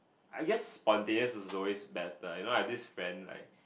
I guess spontaneous is always better you know I have this friend like